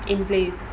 in place